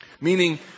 Meaning